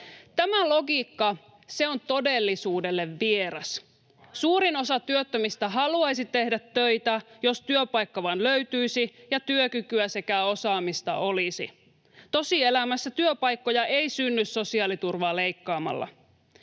Tämä logiikka on todellisuudelle vieras. Suurin osa työttömistä haluaisi tehdä töitä, jos työpaikka vain löytyisi ja työkykyä sekä osaamista olisi. Tosielämässä työpaikkoja ei synny sosiaaliturvaa leikkaamalla.